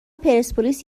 پرسپولیس